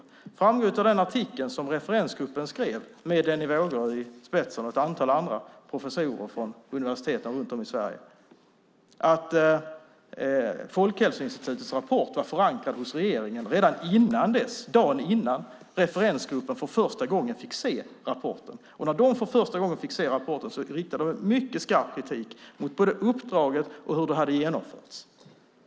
Det framgår av den artikel som referensgruppen skrev, med Denny Vågerö i spetsen och ett antal andra professorer från universiteten runt om i Sverige, att Folkhälsoinstitutets rapport var förankrad hos regeringen redan dagen innan referensgruppen för första gången fick se rapporten. När de för första gången fick se rapporten riktade de mycket skarp kritik mot både uppdraget och hur det hade genomförts.